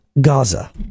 Gaza